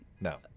no